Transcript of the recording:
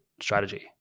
Strategy